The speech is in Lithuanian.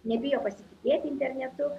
nebijo pasitikėti internetu